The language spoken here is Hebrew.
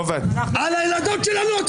לא על הילדות שלנו או על